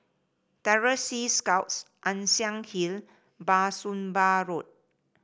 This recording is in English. Terror Sea Scouts Ann Siang Hill Bah Soon Pah Road